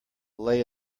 lay